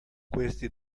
questi